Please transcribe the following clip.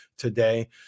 today